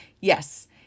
Yes